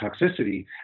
toxicity